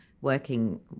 working